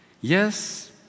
Yes